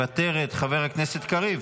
כהן, מוותר, חברת הכנסת אלהרר,